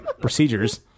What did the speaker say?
procedures